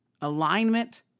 alignment